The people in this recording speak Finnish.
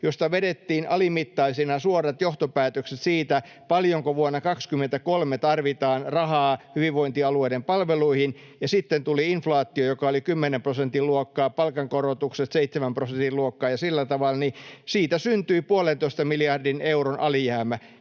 josta vedettiin alimittaisina suorat johtopäätökset siitä, paljonko vuonna 23 tarvitaan rahaa hyvinvointialueiden palveluihin, ja sitten tuli inflaatio, joka oli kymmenen prosentin luokkaa, ja palkankorotukset seitsemän prosentin luokkaa ja sillä tavalla, niin siitä syntyi puolentoista miljardin euron alijäämä.